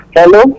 Hello